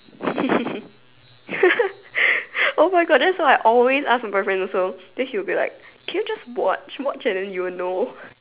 oh my God that's what I always ask my boyfriend also then he will be like can you just watch watch and then you will know